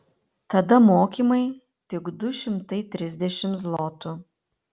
tada mokymai tik du šimtai trisdešimt zlotų